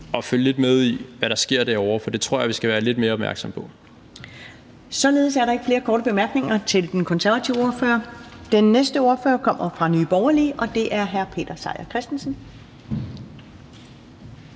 at følge lidt med i, hvad der sker derovre, for det tror jeg vi skal være lidt mere opmærksomme på. Kl. 15:08 Første næstformand (Karen Ellemann): Således er der ikke flere korte bemærkninger til den konservative ordfører. Den næste ordfører kommer fra Nye Borgerlige, og det er hr. Peter Seier Christensen.